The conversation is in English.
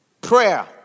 Prayer